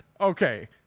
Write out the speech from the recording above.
Okay